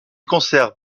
conserves